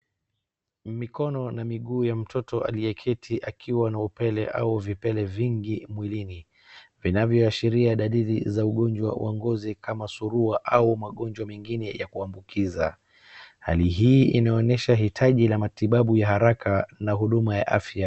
Mikono na miguu ya mtoto aliyeketi akiwa na upele au vipele vingi mwilini vinavyoashria dalili za ugonjwa wa ngozi kama surua au magonjwa mengine ya kuambukiza. Hali hii inaonesha hitaji ya matibabu ya haraka na huduma ya afya.